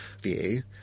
view